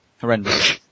Horrendous